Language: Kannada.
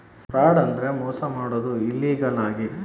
ಫ್ರಾಡ್ ಅಂದ್ರೆ ಮೋಸ ಮಾಡೋದು ಇಲ್ಲೀಗಲ್ ಆಗಿ